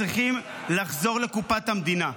צריכים לחזור לקופת המדינה,